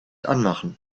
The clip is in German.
anmachen